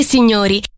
Signori